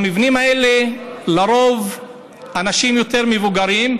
במבנים האלה לרוב האנשים יותר מבוגרים,